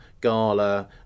Gala